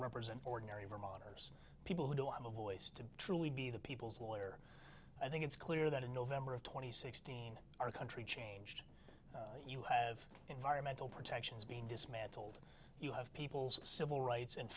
represent ordinary vermonters people who don't have a voice to truly be the people's lawyer i think it's clear that in november of two thousand and sixteen our country changed you have environmental protections being dismantled you have people's civil rights and